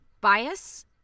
bias